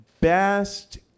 best